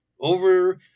Over